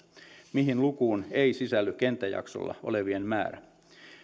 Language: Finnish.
mihin lukuun ei sisälly kenttäjaksolla olevien määrä